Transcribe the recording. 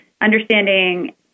understanding